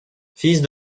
fils